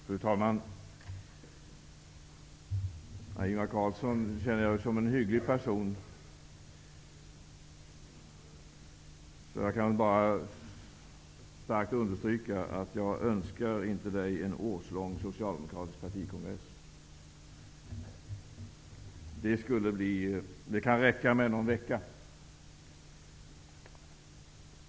Fru talman! Ingvar Carlsson känner jag ju som en hygglig person, så jag kan väl starkt understryka att jag önskar inte honom en årslång socialdemokratisk partikongress. Det kan räcka med någon vecka.